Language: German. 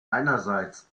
einerseits